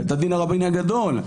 בית הדין הרבני הגדול,